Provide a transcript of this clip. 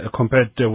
compared